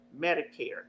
Medicare